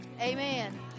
Amen